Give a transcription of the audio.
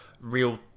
real